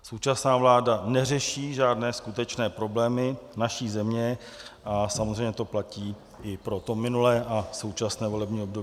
Současná vláda neřeší žádné skutečné problémy naší země a samozřejmě to platí i pro to minulé a současné volební období.